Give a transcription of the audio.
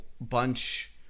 bunch